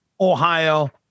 Ohio